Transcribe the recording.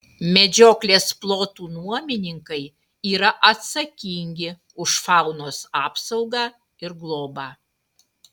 medžioklės plotų nuomininkai yra atsakingi už faunos apsaugą ir globą